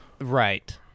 Right